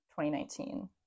2019